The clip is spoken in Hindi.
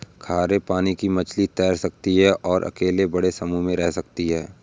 खारे पानी की मछली तैर सकती है और अकेले बड़े समूह में रह सकती है